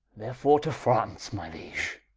therefore to france, my liege,